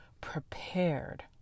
prepared